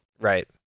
Right